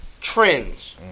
trends